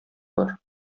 бар